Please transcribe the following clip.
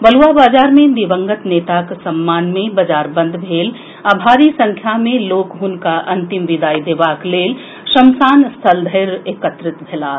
बलुआ बाजार मे दिवंगत नेताक सम्मान मे बाजार बंद भेल आ भारी संख्या मे लोक हुनका अंतिम विदाई देबाक लेल शमशान स्थल धरि एकत्रित भेलाह